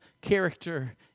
character